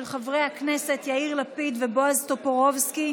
של חברי הכנסת יאיר לפיד ובועז טופורובסקי.